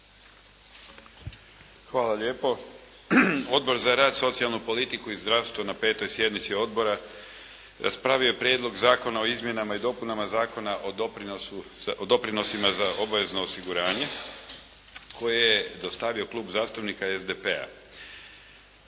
Hvala lijepo. Odbor za rad, socijalnu politiku i zdravstvo na 5. sjednici odbora raspravio je Prijedlog zakona o izmjenama i dopunama Zakona o doprinosima za obavezno osiguranje koje je dostavio Klub zastupnika SDP-a.